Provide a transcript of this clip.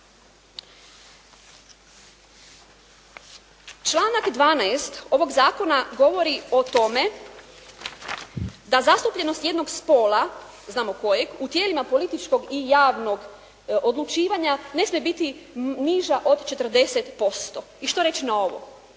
Članak 12. ovog zakona govori o tome da zastupljenost jednog spola, znamo kojeg, u tijelima političkog i javnog odlučivanja ne smije biti niža od 40%. I što reći na ovo?